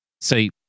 See